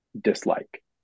dislike